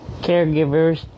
caregivers